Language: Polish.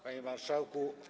Panie Marszałku!